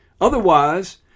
Otherwise